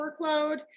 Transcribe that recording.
workload